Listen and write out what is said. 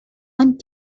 one